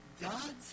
God's